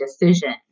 decision